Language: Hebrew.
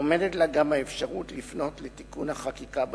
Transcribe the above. עומדת לה גם האפשרות לפנות לתיקון החקיקה בנושא,